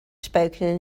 spoken